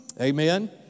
Amen